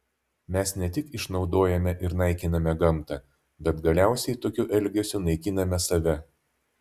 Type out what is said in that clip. mes ne tik išnaudojame ir naikiname gamtą bet galiausiai tokiu elgesiu naikiname save